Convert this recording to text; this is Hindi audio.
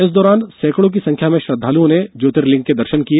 इस दौरान सैकड़ों की संख्या में श्रद्दालुओं ने ज्योतिर्लिंग के दर्शन किए